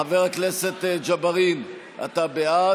חבר הכנסת ג'בארין, אתה בעד.